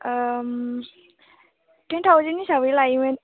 ओम ten thousand हिसाबै लायोमोन